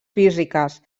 físiques